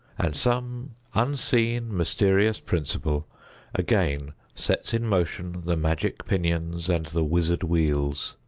and some unseen mysterious principle again sets in motion the magic pinions and the wizard wheels.